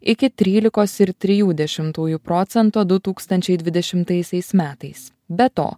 iki trylikos ir trijų dešimtųjų procento du tūkstančiai dvidešimtaisiais metais be to